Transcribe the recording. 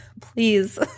please